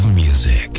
music